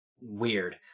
weird